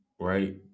right